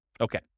Okay